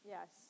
Yes